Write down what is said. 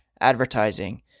advertising